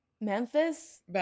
Memphis